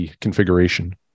configuration